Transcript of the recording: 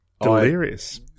Delirious